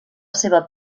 seva